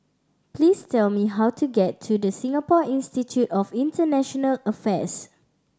please tell me how to get to The Singapore Institute of International Affairs